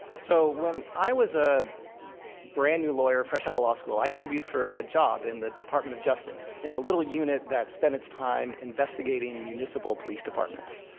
so, when i was a brand new lawyer, fresh out of law school, i interviewed for a job in the department of justice, in a little unit that spent its time investigating municipal police departments.